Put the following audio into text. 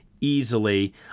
easily